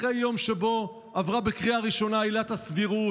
אחרי יום שבו עברה בקריאה ראשונה עילת הסבירות,